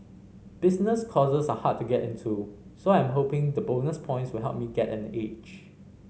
business courses are hard to get into so I am hoping the bonus points will help me get an edge